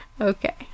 Okay